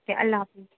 اچھا اللہ حافظ